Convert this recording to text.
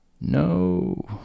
No